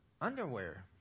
underwear